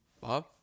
Bob